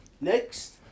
Next